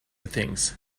things